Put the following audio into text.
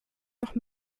noch